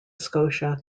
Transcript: scotia